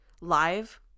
live